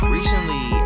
Recently